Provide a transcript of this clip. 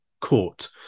court